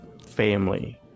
family